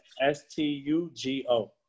S-T-U-G-O